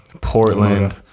Portland